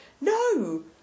no